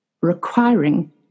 requiring